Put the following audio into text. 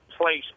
place